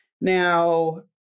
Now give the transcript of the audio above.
Now